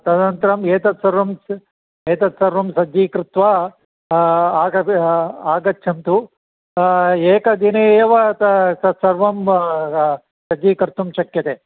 तदनन्तरम् एतत् सर्वम् एतत् सर्वं सज्जीकृत्वा आगमि आगच्छन्तु एकदिने एव ता तत् सर्वं सज्जीकर्तुं शक्यते